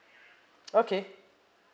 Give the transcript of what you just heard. okay